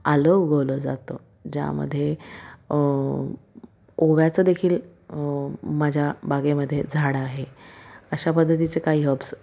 आलं उगवलं जातं ज्यामध्ये ओव्याचं देखील माझ्या बागेमधे झाड आहे अशा पद्धतीचे काही हब्स